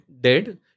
dead